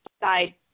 side